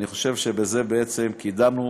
אני חושב שבזה בעצם קידמנו